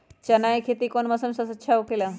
चाना के खेती कौन मौसम में सबसे अच्छा होखेला?